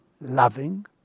loving